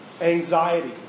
anxiety